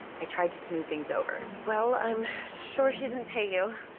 i tried to smooth things over. well, i'm sure she didn't pay you.